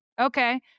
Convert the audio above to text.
Okay